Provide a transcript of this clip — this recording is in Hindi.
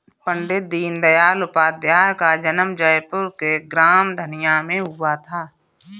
पण्डित दीनदयाल उपाध्याय का जन्म जयपुर के ग्राम धनिया में हुआ था